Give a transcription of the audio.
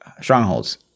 strongholds